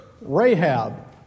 Rahab